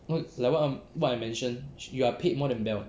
what like what I what I mention you are paid more than bell